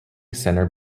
center